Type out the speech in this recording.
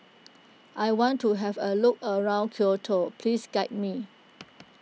I want to have a look around Quito please guide me